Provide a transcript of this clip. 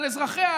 על אזרחיה,